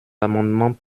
amendements